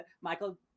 Michael